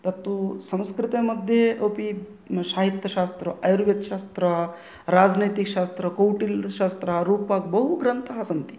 तत्तु संस्कृतमध्ये अपि साहित्यशास्त्रं आयुर्वेदशास्त्रं राजनैतिकशास्त्रं कौटिल्यशास्त्रं रूपक् बहु ग्रन्थाः सन्ति